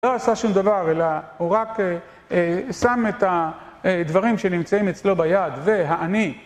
הוא לא עשה שום דבר, אלא הוא רק שם את הדברים שנמצאים אצלו ביד, והאני.